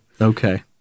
Okay